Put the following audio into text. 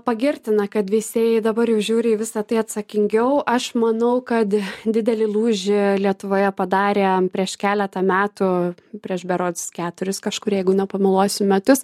pagirtina kad veisėjai dabar jau žiūri į visa tai atsakingiau aš manau kad didelį lūžį lietuvoje padarė prieš keletą metų prieš berods keturis kažkur jeigu nepameluosiu metus